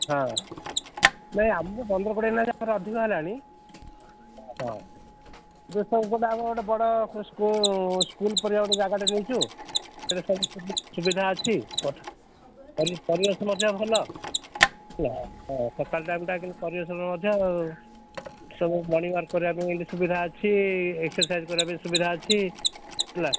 ହଁ ନାଇଁ ଆମକୁ ପନ୍ଦର କୋଡ଼ିଏ ଦିନ ହେଲେ ଆମକୁ ଅଧିକ ହେଲାଣି ହଁ ଏ ସବୁ ଗୋଟେ ଆମର ଗୋଟେ ବଡ଼ ସ୍କୁଲ୍ ପଡ଼ିଆ ଗୋଟେ ଜାଗାଟେ ନେଇଛୁ ସେଠି ସବୁ ସୁବିଧା ଅଛି ତଥା ପରିବେଶ ମଧ୍ୟ ଭଲ ହେଲା ହଁ ସକାଳ ଟାଇମଟା କିନ୍ତୁ ପରିବେଶ ମଧ୍ୟ ଆଉ ସବୁ ମର୍ଣିଙ୍ଗୱାକ୍ କରିବା ପାଇଁ ଏମିତି ସୁବିଧା ଅଛି ଏକ୍ସରସାଇଜ୍ କରିବା ପାଇଁ ସୁବିଧା ଅଛି ହେଲା